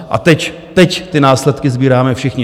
A teď, teď ty následky sbíráme všichni.